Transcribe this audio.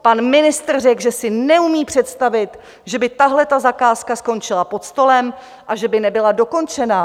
Pan ministr řekl, že si neumí představit, že by tato zakázka skončila pod stolem a že by nebyla dokončena.